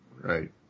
Right